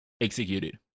executed